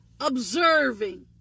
observing